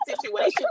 situation